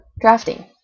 Drafting